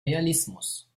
realismus